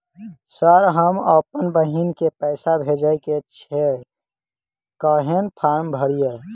Sir हम अप्पन बहिन केँ पैसा भेजय केँ छै कहैन फार्म भरीय?